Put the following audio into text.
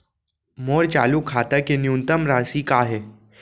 मोर चालू खाता के न्यूनतम राशि का हे?